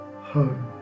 home